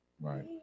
Right